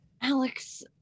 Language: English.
Alex